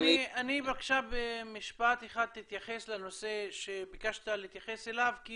בבקשה במשפט אחד תתייחס לנושא שביקשת להתייחס אליו כי